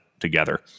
together